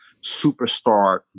superstar